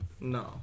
No